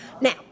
Now